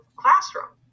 classroom